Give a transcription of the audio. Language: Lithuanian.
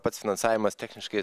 pats finansavimas techniškai